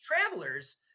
travelers